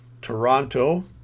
Toronto